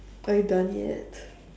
are you done yet